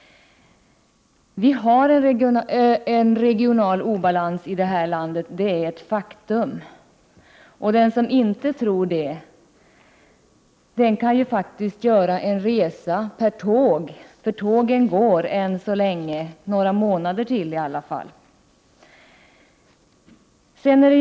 Det är ett faktum att det finns en regional obalans i det här landet. Den som inte tror det, kan göra en resa med tåg genom landet — tågen går ju ännu så länge och det skall de väl göra åtminstone några månader till — för att ta reda på hur det ser ut.